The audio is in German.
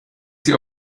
sie